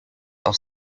auf